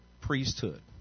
priesthood